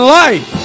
life